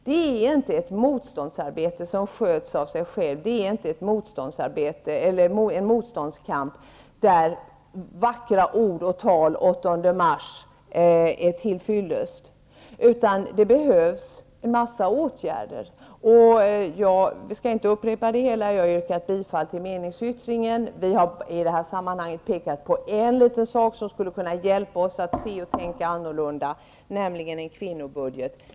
Det är inte ett motståndsarbete som drivs av sig självt, det är inte en motståndskamp där det är tillfyllest med vackra ord och tal den 8 mars -- det behövs en mängd åtgärder. Jag har yrkat bifall till vår meningsyttring -- jag skall inte upprepa det hela. Vi har i det här sammanhanget pekat på en liten sak som skulle kunna hjälpa oss att se och tänka annorlunda, nämligen en kvinnobudget.